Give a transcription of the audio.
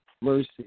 Mercy